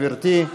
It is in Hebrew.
גברתי,